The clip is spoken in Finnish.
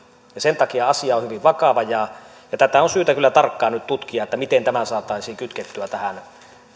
ja sen takia asia on hyvin vakava tätä on syytä kyllä tarkkaan nyt tutkia miten tämä saataisiin kytkettyä tähän